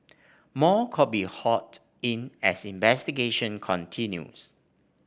more could be hauled in as investigations continues